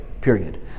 period